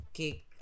cake